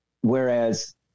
Whereas